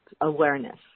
awareness